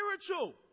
spiritual